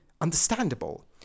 understandable